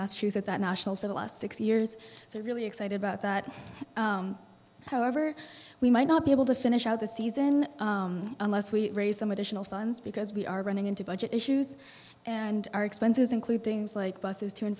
massachusetts at nationals for the last six years so i'm really excited about that however we might not be able to finish out the season unless we raise some additional funds because we are running into budget issues and our expenses include things like buses to and